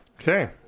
okay